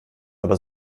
aber